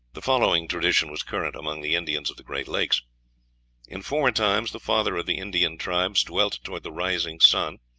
the following tradition was current among the indians of the great lakes in former times the father of the indian tribes dwelt toward the rising sun.